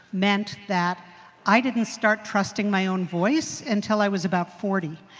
meant that i didn't start trusting my own voice until i was about forty.